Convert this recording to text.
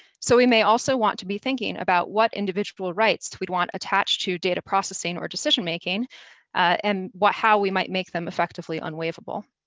so we may also want to be thinking about what individual rights we'd want attached to data processing or decision making um and how we might make them, effectively, unwaivable.